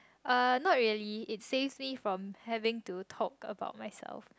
uh not really it saves me from having to talk about myself